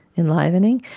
enlivening,